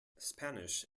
spanish